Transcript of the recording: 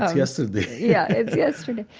ah yesterday yeah, it's yesterday.